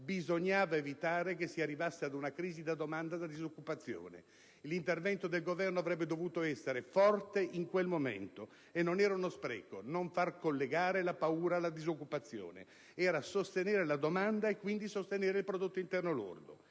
bisognava evitare che si arrivasse ad una crisi della domanda da disoccupazione. L'intervento del Governo avrebbe dovuto essere forte in quel momento, non sarebbe stato uno spreco il non far collegare la paura con la disoccupazione: si trattava di sostenere la domanda e quindi il prodotto interno lordo.